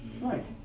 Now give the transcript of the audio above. Right